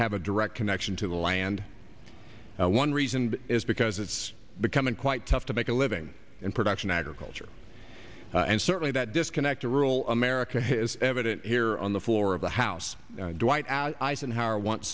have a direct connection to the land one reason is because it's becoming quite tough to make a living in production agriculture and certainly that disconnect to rural america has evident here on the floor of the house dwight eisenhower once